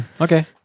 Okay